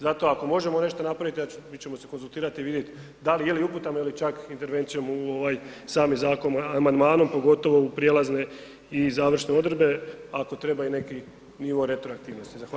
Zato ako možemo nešto napraviti, mi ćemo se konzultirati i vidjeti da li je li uputama ili čak intervencijom u ovaj sami zakon amandmanom pogotovo u prijelazne i završne odredbe, ako treba i neki nivo retroaktivnosti.